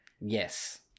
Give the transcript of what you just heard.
Yes